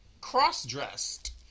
cross-dressed